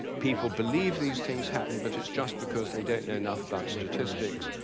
people believe these things happen, but it's just because they don't know enough about statistics,